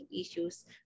issues